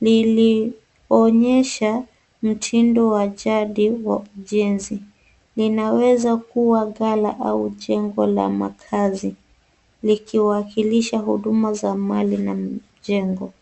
Lilionyesha mtindo wa jadi wa ujenzi. Linaweza kuwa ghala au jengo la makazi likiwakilisha huduma za mali na mjengo.